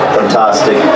fantastic